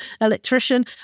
electrician